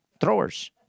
throwers